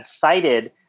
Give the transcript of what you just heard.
cited